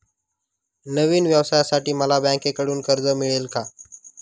नवीन व्यवसायासाठी मला बँकेकडून कर्ज मिळेल का?